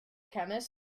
chemist